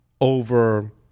over